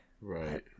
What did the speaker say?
Right